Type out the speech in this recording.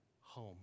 home